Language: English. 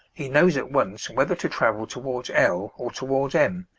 he knows at once whether to travel towards l or towards m,